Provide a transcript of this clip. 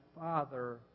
father